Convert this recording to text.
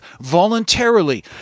voluntarily